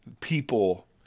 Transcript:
people